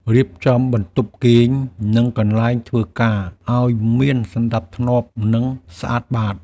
រៀបចំបន្ទប់គេង និងកន្លែងធ្វើការឱ្យមានសណ្ដាប់ធ្នាប់ និងស្អាតបាត។